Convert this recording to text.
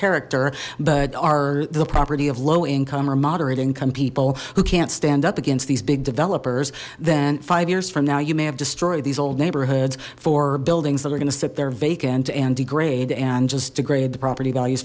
character but are the property of low income or moderate income people who can't stand up against these big developers then five years from now you may have destroyed these old neighborhoods four buildings that are gonna sit there vacant and degrade and just degrade the property values